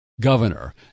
governor